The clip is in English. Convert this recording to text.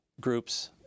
groups